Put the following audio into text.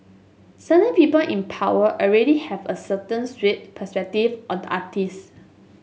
certain people in power already have a certain skewed perspective on the artist